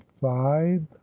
five